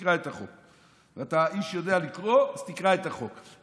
תקרא את החוק.